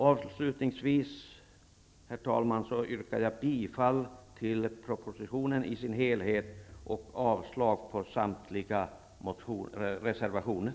Avslutningsvis, herr talman, yrkar jag bifall till utskottets hemställan i dess helhet och avslag på samtliga reservationer.